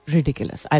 Ridiculous